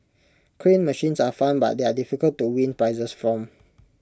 crane machines are fun but they are difficult to win prizes from